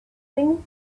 thing